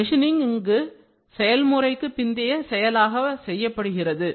machining இங்கு செயல்முறைக்கு பிந்தைய செயலாக செய்யப்படுகிறது